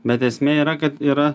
bet esmė yra kad yra